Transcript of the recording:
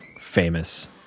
famous